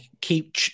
keep